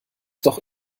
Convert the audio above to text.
doch